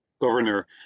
governor